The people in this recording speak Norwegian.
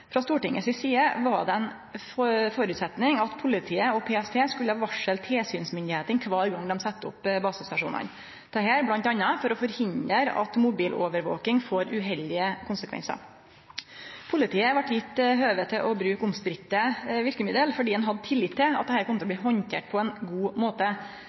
Frå Stortinget si side var det ein føresetnad at politiet og PST skulle varsle tilsynsmyndigheitene kvar gong dei sette opp basestasjonar, bl.a. for å forhindre at mobilovervaking får uheldige konsekvensar. Politiet vart gjeve høve til å bruke omstridde verkemiddel, fordi ein hadde tillit til at dette kom til å bli handtert på ein god måte.